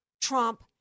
Trump